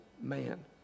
man